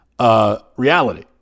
reality